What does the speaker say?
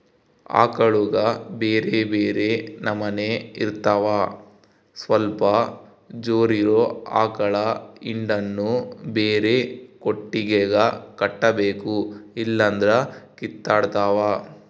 ಆಕಳುಗ ಬ್ಯೆರೆ ಬ್ಯೆರೆ ನಮನೆ ಇರ್ತವ ಸ್ವಲ್ಪ ಜೋರಿರೊ ಆಕಳ ಹಿಂಡನ್ನು ಬ್ಯಾರೆ ಕೊಟ್ಟಿಗೆಗ ಕಟ್ಟಬೇಕು ಇಲ್ಲಂದ್ರ ಕಿತ್ತಾಡ್ತಾವ